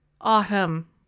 Autumn